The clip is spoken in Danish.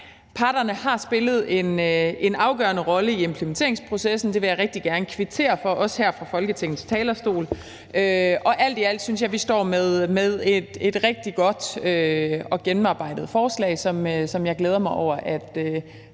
Parterne har spillet en afgørende rolle i implementeringsprocessen, og det vil jeg rigtig gerne kvittere for, også her fra Folketingets talerstol. Alt i alt synes jeg vi står med et rigtig godt og gennemarbejdet forslag, som jeg glæder mig over at